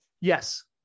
Yes